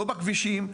לא בכבישים,